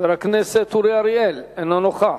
חבר הכנסת אורי אריאל, אינו נוכח.